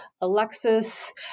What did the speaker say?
Alexis